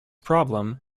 problem